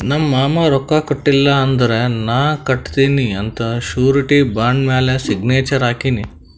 ನಮ್ ಮಾಮಾ ರೊಕ್ಕಾ ಕೊಟ್ಟಿಲ್ಲ ಅಂದುರ್ ನಾ ಕಟ್ಟತ್ತಿನಿ ಅಂತ್ ಶುರಿಟಿ ಬಾಂಡ್ ಮ್ಯಾಲ ಸಿಗ್ನೇಚರ್ ಹಾಕಿನಿ